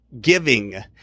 giving